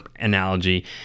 analogy